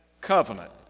covenant